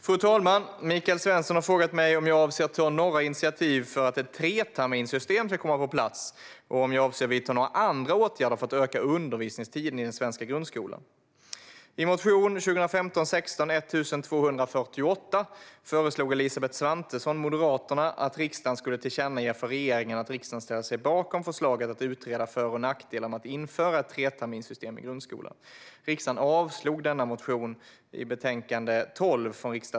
Fru talman! Michael Svensson har frågat mig om jag avser att ta några initiativ för att ett treterminssystem ska komma på plats och om jag avser att vidta några andra åtgärder för att öka undervisningstiden i den svenska grundskolan. I motion 2015/16:1248 föreslog Elisabeth Svantesson, Moderaterna, att riksdagen skulle tillkännage för regeringen att riksdagen ställer sig bakom förslaget att utreda för och nackdelar med att införa ett treterminssystem i grundskolan. Riksdagen avslog denna motion .